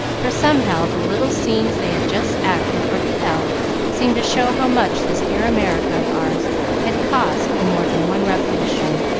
for somehow the little scenes they had just acted or beheld seemed to show how much this dear america of ours had cost in more than one revolution,